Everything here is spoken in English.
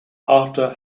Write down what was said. after